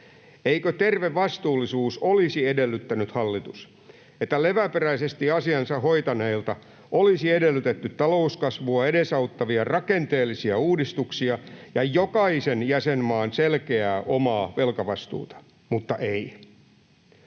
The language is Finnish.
Eikö terve vastuullisuus olisi edellyttänyt, hallitus, että leväperäisesti asiansa hoitaneilta olisi edellytetty talouskasvua edesauttavia rakenteellisia uudistuksia ja jokaisen jäsenmaan selkeää omaa velkavastuuta? Mutta ei!